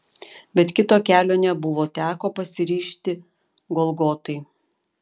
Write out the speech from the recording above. bet kito kelio nebuvo teko pasiryžti golgotai